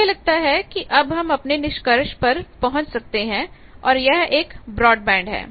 मुझे लगता है कि अब हम अपने निष्कर्ष पर पहुंच चुके हैं और यह एक ब्रॉडबैंड है